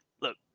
look